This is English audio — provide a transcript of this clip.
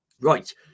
Right